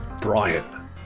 Brian